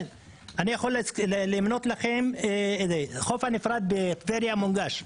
אני יכול למנות לכם את אלה: החוף הנפרד בטבריה מונגש,